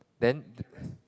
then